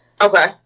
Okay